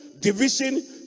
division